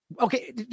Okay